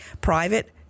private